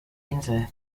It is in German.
insel